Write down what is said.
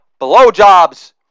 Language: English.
blowjobs